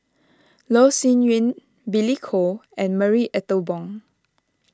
Loh Sin Yun Billy Koh and Marie Ethel Bong